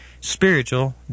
Spiritual